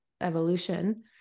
evolution